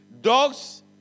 Dogs